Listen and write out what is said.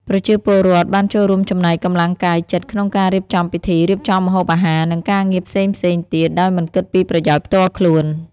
ប្រជាពលរដ្ឋបានចូលរួមចំណែកកម្លាំងកាយចិត្តក្នុងការរៀបចំពិធី រៀបចំម្ហូបអាហារ និងការងារផ្សេងៗទៀតដោយមិនគិតពីប្រយោជន៍ផ្ទាល់ខ្លួន។